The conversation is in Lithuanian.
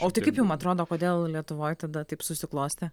o tai kaip jum atrodo kodėl lietuvoj tada taip susiklostė